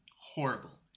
horrible